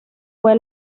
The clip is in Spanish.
fue